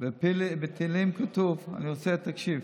בתהילים כתוב, אני רוצה שתקשיב,